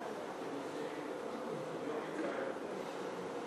הדיון מיצה את עצמו.